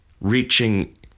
reaching